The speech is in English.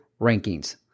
rankings